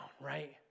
Right